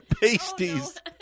Pasties